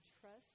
trust